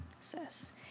says